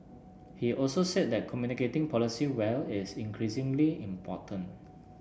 he also said that communicating policy well is increasingly important